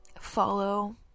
follow